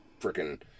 freaking